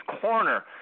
Corner